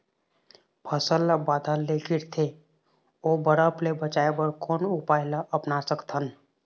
फसल ला बादर ले गिरथे ओ बरफ ले बचाए बर कोन उपाय ला अपना सकथन?